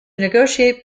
negotiate